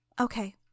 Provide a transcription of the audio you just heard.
Okay